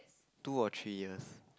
two or three years